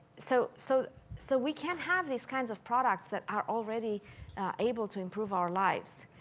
so so, so, we can't have these kinds of products that are already able to improve our lives.